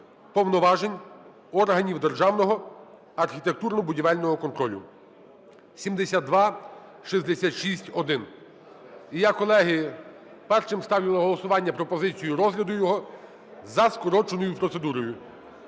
повноважень органів державного архітектурно-будівельного контролю) (7266-1). І я, колеги, першим ставлю на голосування пропозицію розгляду його за скороченою процедурою.